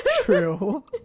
true